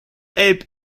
abe